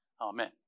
Amen